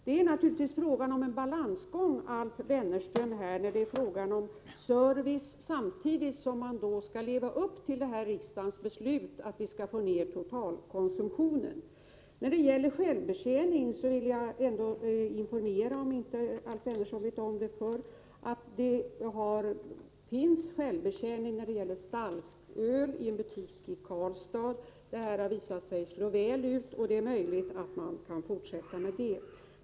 Det är naturligtvis fråga om en balansgång när det gäller service då man samtidigt skall leva upp till riksdagens beslut att minska totalkonsumtionen. Beträffande självbetjäning vill jag informera Alf Wennerfors, om han inte känner till det redan, att det finns självbetjäning när det gäller starköl i en butik i Karlstad, där det visat sig slå väl ut. Det är möjligt att man kan fortsätta med detta.